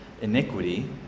iniquity